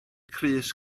crys